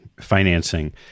financing